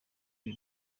iri